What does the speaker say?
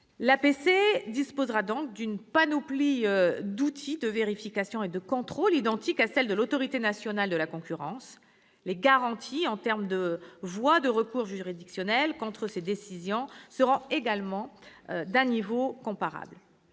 L'APC disposera donc d'une panoplie d'outils de vérification et de contrôle identique à celle de l'autorité nationale de la concurrence. Les garanties en termes de voies de recours juridictionnel contre ses décisions seront également d'un niveau comparable.